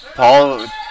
Paul